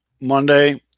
Monday